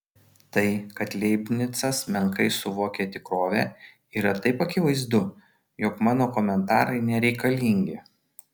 tai kad leibnicas menkai suvokia tikrovę yra taip akivaizdu jog mano komentarai nereikalingi